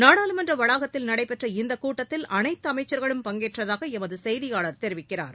நாடாளுமன்ற வளாகத்தில் நடைபெற்ற இந்த கூட்த்தில் அனைத்து அமைச்சர்களும் பங்கேற்றதாக எமது செய்தியாளர் தெரிவிக்கிறார்